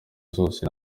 zose